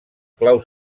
clau